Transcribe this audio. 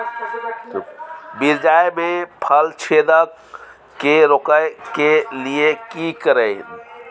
मिर्चाय मे फल छेदक के रोकय के लिये की करियै?